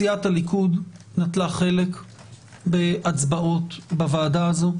סיעת הליכוד נטלה חלק בהצבעות בוועדה הזו,